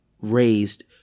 raised